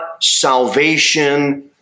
salvation